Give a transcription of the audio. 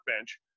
bench